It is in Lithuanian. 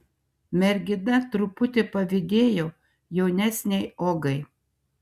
mergina truputį pavydėjo jaunesnei ogai